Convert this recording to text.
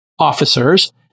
officers